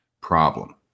problem